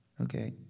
Okay